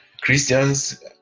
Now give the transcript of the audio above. Christians